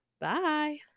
Bye